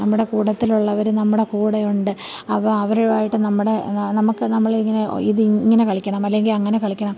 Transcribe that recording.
നമ്മുടെ കൂട്ടത്തിലുള്ളവർ നമ്മുടെ കൂടെയുണ്ട് അവ അവരുവായിട്ട് നമ്മുടെ നമുക്ക് നമ്മൾ ഇങ്ങനെ ഇത് ഇങ്ങനെ കളിക്കണം അല്ലെങ്കിൽ അങ്ങനെ കളിക്കണം